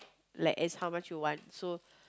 like as how much you want so